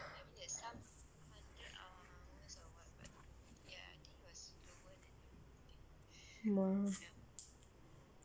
lor